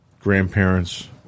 grandparents